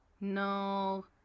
no